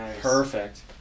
Perfect